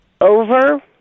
over